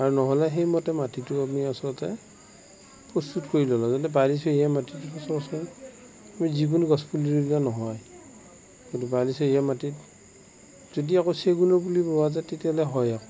আৰু নহ'লে সেইমতে মাটিটো আমি আচলতে প্ৰস্তুত কৰি ল'লোঁ যেনে বালিচহীয়া মাটিটোত আমি যিকোনো গছপুলি ৰুলে নহয় কিন্তু বালিচহীয়া মাটিত যদি আকৌ চেগুনৰ পুলি ৰুৱা যায় তেতিয়াহ'লে হয় আকৌ